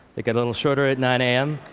they get a little shorter at nine a m.